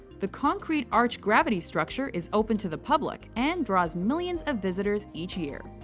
the concrete arch-gravity structure is open to the public and draws millions of visitors each year.